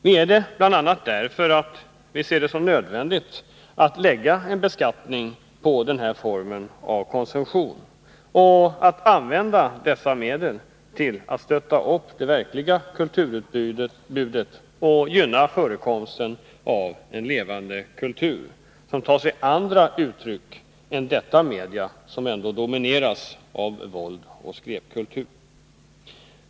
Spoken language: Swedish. Vi är det bl.a. därför att vi ser det som nödvändigt att lägga en beskattning på denna form av konsumtion och att använda medlen till att stötta upp det verkliga kulturutbudet och gynna förekomsten av en levande kultur, som tar sig andra uttryck än detta medium, vilket ändå domineras av våld och skräpkultur.